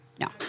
No